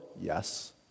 Yes